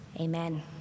Amen